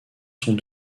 sont